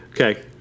Okay